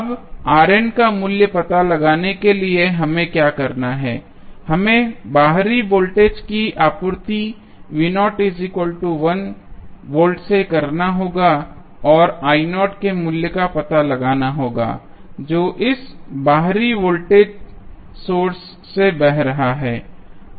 अब के मूल्य का पता लगाने के लिए कि हमें क्या करना है हमें बाहरी वोल्टेज की आपूर्ति V से करना होगा और के मूल्य का पता लगाना होगा जो इस बाहरी वोल्टेज सोर्स से बह रहा है